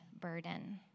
burden